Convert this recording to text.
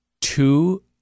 two